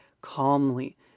calmly